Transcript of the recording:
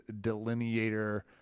delineator